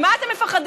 ממה אתם מפחדים?